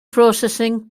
processing